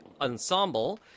Ensemble